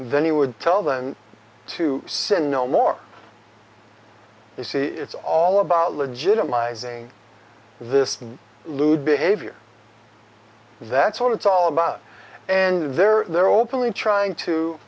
then he would tell them to sin no more you see it's all about legitimizing this lewd behavior that's what it's all about and they're they're openly trying to